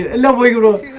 ah novel legal